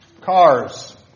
cars